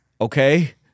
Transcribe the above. Okay